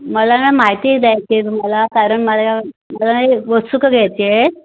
मला ना माहिती द्यायची आहे तुम्हाला कारण मला यं मला ना ए वस्तू घ्यायची आहेत